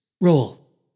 Roll